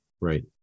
Right